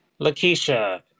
Lakeisha